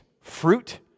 fruit